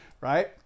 right